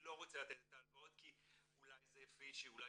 לא רוצה לתת את ההלוואה כי אולי זה לא חוקי"